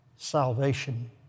Salvation